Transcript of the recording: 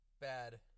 bad